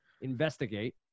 investigate